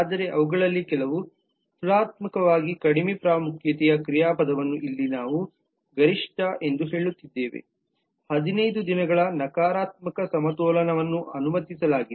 ಆದರೆ ಅವುಗಳಲ್ಲಿ ಕೆಲವು ತುಲನಾತ್ಮಕವಾಗಿ ಕಡಿಮೆ ಪ್ರಾಮುಖ್ಯತೆಯ ಕ್ರಿಯಾಪದವನ್ನು ಇಲ್ಲಿ ನಾವು ಗರಿಷ್ಠ ಎಂದು ಹೇಳುತ್ತಿದ್ದೇವೆ 15 ದಿನಗಳ ನಕಾರಾತ್ಮಕ ಸಮತೋಲನವನ್ನು ಅನುಮತಿಸಲಾಗಿದೆ